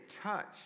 touch